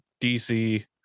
DC